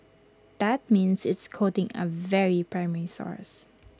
that means it's quoting A very primary source